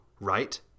right